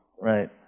Right